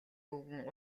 өвгөн